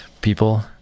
people